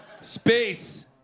Space